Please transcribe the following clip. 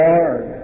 Lord